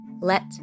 Let